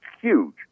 Huge